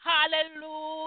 Hallelujah